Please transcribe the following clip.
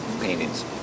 Paintings